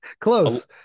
Close